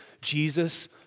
Jesus